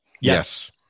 Yes